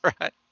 right